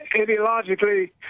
ideologically